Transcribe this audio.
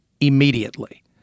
immediately